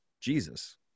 Jesus